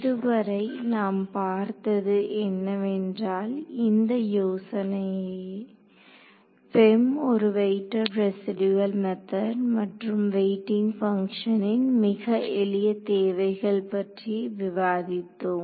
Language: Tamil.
இதுவரை நாம் பார்த்தது என்னவென்றால் இந்த யோசனையே FEM ஒரு வெயிடட் ரெசிடியூவல் மெத்தட் மற்றும் வெயிடிங் பங்க்ஷனின் மிக எளிய தேவைகள் பற்றி விவாதித்தோம்